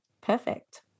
perfect